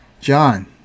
john